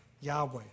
Yahweh